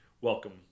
welcome